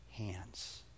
hands